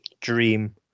dream